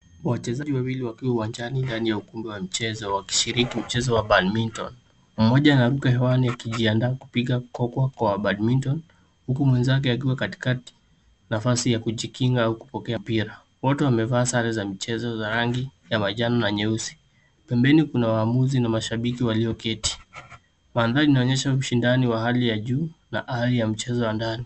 Wachezaji wawili wakiwa uwanjani ndani ya ukumbi wa mchezo wakishiriki mchezo wa badminton . Mmoja anaruka hewani akijiandaa kupiga koko kwa badminton huku mwenzake akiwa katika nafasi ya kujikinga au kupokea pia. Watu wamevaa sare za mchezo ya rangi ya manjano na nyeusi. Pembeni kuna waamuzi na mashabiki na waamuzi walioketi. Mandhari inaonyesha ushindano wa hali na juu na hali ya mchezo wa ndani.